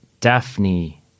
Daphne